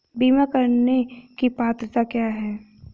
बीमा करने की पात्रता क्या है?